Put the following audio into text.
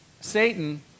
Satan